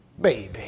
baby